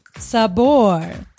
Sabor